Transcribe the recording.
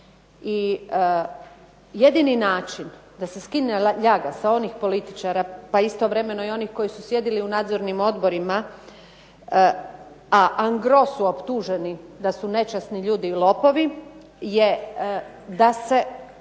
i jedini način da se skine ljaga sa onih političara pa istovremeno i onih koji su sjedili u nadzornim odborima a an gro su optuženi da su nečasni ljudi lopovi je da se